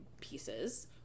pieces